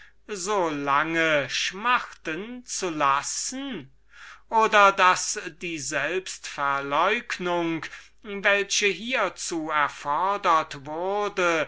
so lange schmachten zu lassen oder daß die selbstverleugnung welche dazu erfordert wurde